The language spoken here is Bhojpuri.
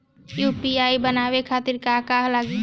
यू.पी.आई बनावे खातिर का का लगाई?